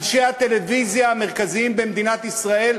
אנשי הטלוויזיה המרכזיים במדינת ישראל,